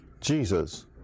Jesus